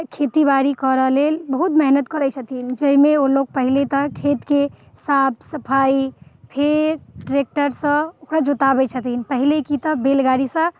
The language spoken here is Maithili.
खेतीबाड़ी करऽ लेल बहुत मेहनत करैत छथिन जाहिमे ओ लोग पहिले तऽ खेतके साफ सफाइ फेर ट्रैक्टरसँ ओकरा जोताबैत छथिन पहिले की तऽ बैलगाड़ीसँ